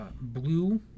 blue